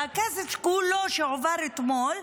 אלא הכסף שהועבר אתמול,